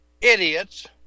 idiots